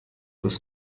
das